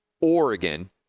oregon